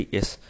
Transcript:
Yes